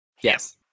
yes